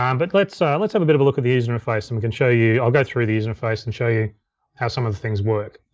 um but let's so let's have a bit of a look at the user interface and we can show you, i'll go through the user interface and show you how some of the things work.